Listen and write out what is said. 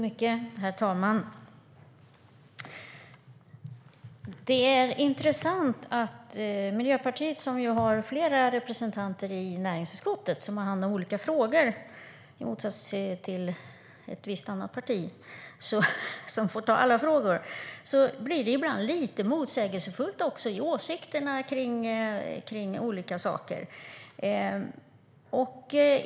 Herr talman! Det är intressant att i Miljöpartiet, som har flera representanter i näringsutskottet som har hand om olika frågor - i motsats till ett visst annat parti, som får ta alla frågor - blir det ibland lite motsägelsefullt i åsikterna kring olika saker.